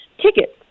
tickets